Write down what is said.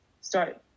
start